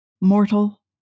mortal